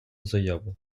заяву